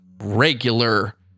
regular